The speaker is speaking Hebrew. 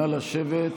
נא לשבת.